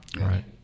right